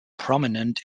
prominent